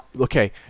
Okay